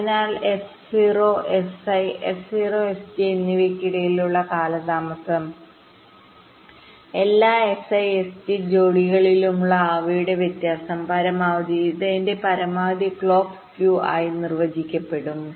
അതിനാൽ S0 Si S0 Sj എന്നിവയ്ക്കിടയിലുള്ള കാലതാമസം എല്ലാ Si Sj ജോഡികളിലുമുള്ള അവയുടെ വ്യത്യാസം പരമാവധി ഇത് എന്റെ പരമാവധി ക്ലോക്ക് സ്കൂ ആയി നിർവചിക്കപ്പെടും